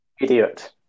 Idiot